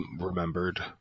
remembered